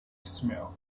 smell